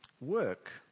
work